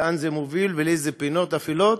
לאן זה מוביל ולאיזה פינות אפלות.